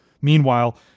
Meanwhile